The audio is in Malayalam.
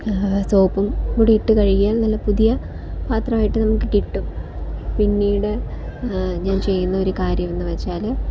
സോപ്പും കൂടി ഇട്ട് കഴുകിയാല് നല്ല പുതിയ പാത്രമായിട്ട് നമുക്ക് കിട്ടും പിന്നീട് ഞാന് ചെയ്യുന്ന ഒരു കാര്യം എന്ന് വച്ചാൽ